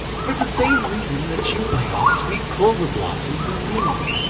for the same reason that you bite off sweet clover blossoms and leaves,